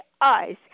eyes